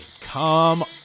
come